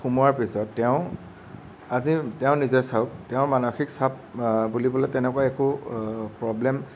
সোমোৱাৰ পিছত তেওঁ আজি তেওঁ নিজে চাওক তেওঁৰ মানসিক চাপ বুলিবলৈ তেনেকুৱা একো প্ৰব্লেম